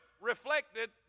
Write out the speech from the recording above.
reflected